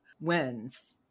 wins